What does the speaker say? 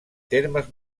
termes